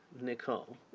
Nicole